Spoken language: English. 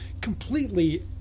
completely